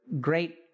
Great